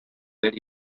that